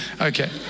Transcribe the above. Okay